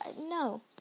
No